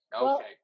Okay